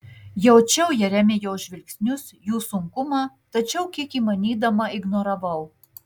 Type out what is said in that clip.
jaučiau jeremijo žvilgsnius jų sunkumą tačiau kiek įmanydama ignoravau